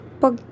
pag